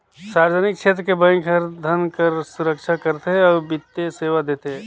सार्वजनिक छेत्र के बेंक हर धन कर सुरक्छा करथे अउ बित्तीय सेवा देथे